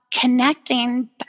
connecting